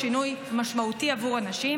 שינוי משמעותי עבור אנשים,